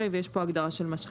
ויש פה הגדרה של משחטה.